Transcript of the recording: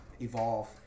evolve